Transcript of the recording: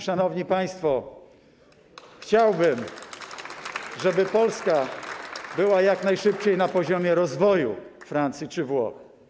Szanowni państwo, chciałbym, żeby Polska była jak najszybciej na poziomie rozwoju Francji czy Włoch.